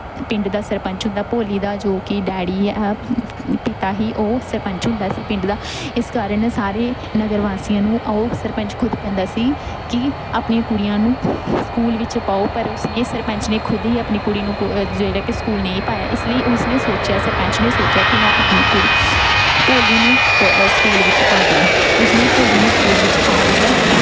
ਪਿੰਡ ਦਾ ਸਰਪੰਚ ਹੁੰਦਾ ਭੋਲੀ ਦਾ ਜੋ ਕਿ ਡੈਡੀ ਪਿਤਾ ਸੀ ਉਹ ਸਰਪੰਚ ਹੁੰਦਾ ਸੀ ਪਿੰਡ ਦਾ ਇਸ ਕਾਰਨ ਸਾਰੇ ਨਗਰ ਵਾਸੀਆਂ ਨੂੰ ਆਓ ਸਰਪੰਚ ਖੁਦ ਕਹਿੰਦਾ ਸੀ ਕਿ ਆਪਣੀਆਂ ਕੁੜੀਆਂ ਨੂੰ ਸਕੂਲ ਵਿੱਚ ਪਾਓ ਪਰ ਉਸਨੇ ਸਰਪੰਚ ਨੇ ਖੁਦ ਹੀ ਆਪਣੀ ਕੁੜੀ ਨੂੰ ਕੋ ਜਿਹੜਾ ਕਿ ਸਕੂਲ ਨਹੀਂ ਪਾਇਆ ਇਸ ਲਈ ਉਸਨੇ ਸੋਚਿਆ ਸਰਪੰਚ ਨੇ ਸੋਚਿਆ ਕਿ ਮੈਂ ਆਪਣੀ ਕੁੜੀ ਭੋਲੀ ਨੂੰ ਕੋ ਸਕੂਲ ਵਿੱਚ ਪਾ ਦੇਵਾਂ ਉਸਨੇ ਭੋਲੀ ਨੂੰ ਸਕੂਲ ਵਿੱਚ ਪਾ ਦਿੱਤਾ